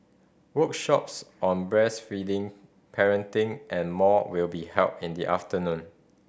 workshops on breastfeeding parenting and more will be held in the afternoon